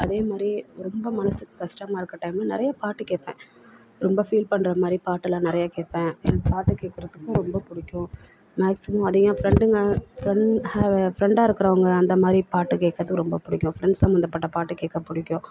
அதே மாதிரி ரொம்ப மனதுக்கு கஷ்டமா இருக்கிற டைமில் நிறைய பாட்டு கேட்பேன் ரொம்ப ஃபீல் பண்ணுற மாதிரி பாட்டெலாம் நிறையா கேட்பேன் பாட்டு கேட்குறதுக்கும் ரொம்ப பிடிக்கும் மேக்ஸிமம் அது என் ஃப்ரெண்டுங்கள் ஃப்ரெண்ட் ஃப்ரெண்டாக இருக்கிறவங்க அந்த மாதிரி பாட்டு கேட்கறத்துக்கு ரொம்ப பிடிக்கும் ஃப்ரெண்ட்ஸ் சம்பந்தப்பட்ட பாட்டு கேட்கப் பிடிக்கும்